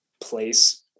place